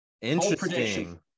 Interesting